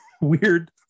weird